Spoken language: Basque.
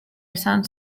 izan